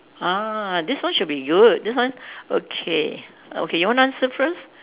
ah this one should be good this one okay okay you want to answer first